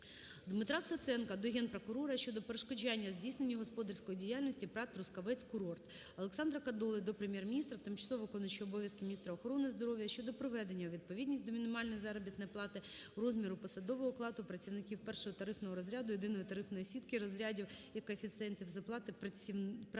Дмитра Стеценка до Генпрокурора щодо перешкоджання здійсненню господарської діяльності ПрАТ "Трускавецькурорт". Олександра Кодоли до Прем'єр-міністра, тимчасово виконуючої обов'язки міністра охорони здоров'я щодо приведення у відповідність до мінімальної заробітної плати розміру посадового окладу працівників 1-го тарифного розряду Єдиної тарифної сітки розрядів і коефіцієнтів з оплати праці